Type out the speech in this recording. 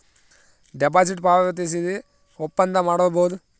deposit ಪಾವತಿಸಿ ಒಪ್ಪಂದ ಮಾಡಬೋದು